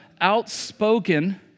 outspoken